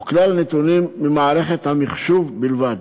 והוא כלל נתונים ממערכת המחשוב בלבד.